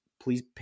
please